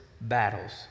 battles